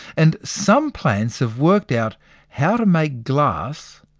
and some plants have worked out how to make glass,